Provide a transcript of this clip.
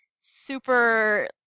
super